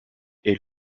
est